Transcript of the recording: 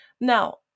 Now